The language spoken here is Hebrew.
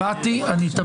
למטי תמיד.